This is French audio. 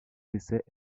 décès